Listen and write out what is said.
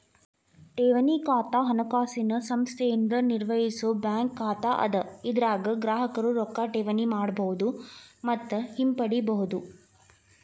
ಠೇವಣಿ ಖಾತಾ ಹಣಕಾಸಿನ ಸಂಸ್ಥೆಯಿಂದ ನಿರ್ವಹಿಸೋ ಬ್ಯಾಂಕ್ ಖಾತಾ ಅದ ಇದರಾಗ ಗ್ರಾಹಕರು ರೊಕ್ಕಾ ಠೇವಣಿ ಮಾಡಬಹುದು ಮತ್ತ ಹಿಂಪಡಿಬಹುದು